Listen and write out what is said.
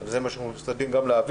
זה מה שאנחנו משתדלים להעביר,